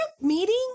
meeting